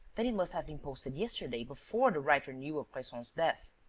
then it must have been posted yesterday, before the writer knew of bresson's death.